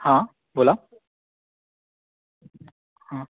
हां बोला हां